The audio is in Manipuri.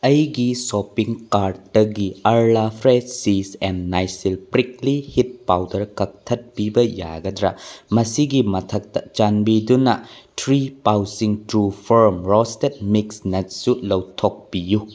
ꯑꯩꯒꯤ ꯁꯣꯞꯄꯤꯡ ꯀꯥꯔꯗꯇꯒꯤ Arla fresh cheese and Nycil prickly heat powder ꯀꯛꯊꯠꯄꯤꯕ ꯌꯥꯒꯗ꯭ꯔ ꯃꯁꯤꯒꯤ ꯃꯊꯛꯇ ꯆꯥꯟꯕꯤꯗꯨꯅ ꯊ꯭ꯔꯤ ꯄꯥꯎꯁꯤꯡ ꯇ꯭ꯔꯨ ꯐꯣꯔ ꯕ꯭ꯔꯣꯁꯇꯦꯠ ꯃꯤꯛꯁ ꯅꯠꯁꯨ ꯂꯧꯊꯣꯛꯄꯤꯌꯨ